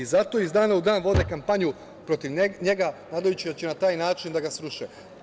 Zato iz dana u dan vode kampanju protiv njega, nadajući se da će na taj način da ga sruše.